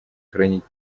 хранить